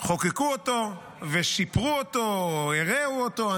חוקקו אותו ושיפרו אותו או הרעו אותו.